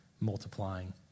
multiplying